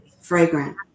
fragrant